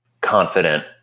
confident